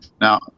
Now